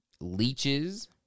leeches